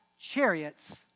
chariots